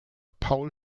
paul